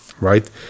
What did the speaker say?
right